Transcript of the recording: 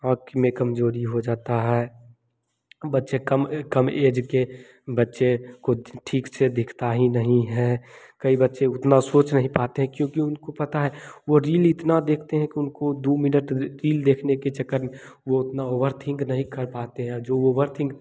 आँख में कमज़ोरी हो जाता है बच्चे कम एज ऐज के बच्चे को कुछ ठीक से दिखता ही नहीं है कई बच्चे उतना सोंच नहीं पाते हैं क्योंकि उनको पता है वह रील इतना देखते कि उनको दो मिनट रील रील देखने के चक्कर में वह उतना ओवरथिंग नहीं कर पाते हैं जो वह वर्थ